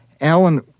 Alan